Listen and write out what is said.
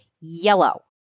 yellow